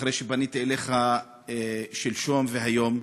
אחרי שפניתי אליך שלשום והיום,